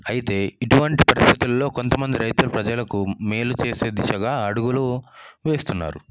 అయితే ఇటువంటి పరిస్థితుల్లో కొంతమంది రైతులు ప్రజలకు మేలు చేసే దిశగా అడుగులు వేస్తున్నారు